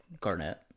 Garnett